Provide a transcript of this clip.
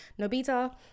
Nobita